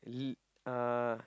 l~ uh